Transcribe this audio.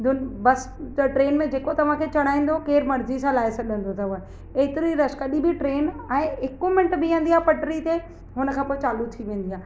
जो बसि त ट्रेन में जेको तव्हांखे चढ़ाईंदो केरु मर्ज़ी सां लाइ सघंदो अथव एतिरी रश कॾहिं बि ट्रेन ऐं हिकु मिंट बीहंदी आहे पटरी ते हुन खां पोइ चालू थी वेंदी आहे